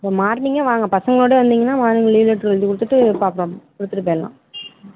இப்போ மார்னிங்கே வாங்க பசங்களோட வந்தீங்கன்னால் உடனே லீவ் லெட்ரு எழுதி கொடுத்துட்டு பார்க்கலாம் கொடுத்துட்டு போயிடலாம்